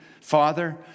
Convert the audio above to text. Father